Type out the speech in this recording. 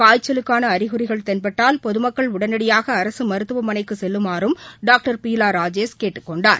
காய்ச்சலுக்கான அறிகுறிகள் தென்பட்டால் பொதுமக்கள் உடனடியாக அரசு மருத்துவமனைக்கு செல்லுமாறும் டாக்டர் பீலா ராஜேஷ் கேட்டுக்கொண்டார்